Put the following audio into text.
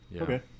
okay